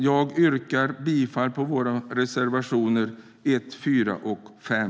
Jag yrkar bifall till våra reservationer 1, 4 och 5.